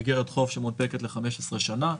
זו איגרת חוב שמונפקת ל-15 שנה,